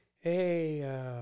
Hey